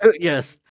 Yes